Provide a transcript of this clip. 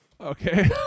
Okay